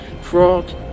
fraud